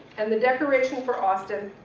and the decoration for austin,